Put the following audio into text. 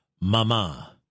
mama